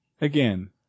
Again